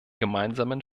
gemeinsamen